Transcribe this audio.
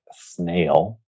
Snail